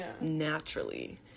naturally